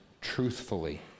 truthfully